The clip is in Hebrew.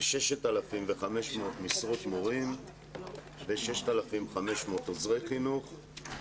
כ-6,500 משרות מורים ו-6,500 עוזרי חינוך.